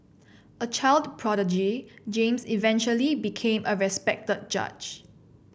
a child prodigy James eventually became a respected judge